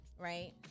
Right